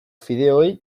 fideoei